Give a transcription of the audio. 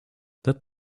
that